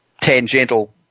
tangential